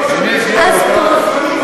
אז פה,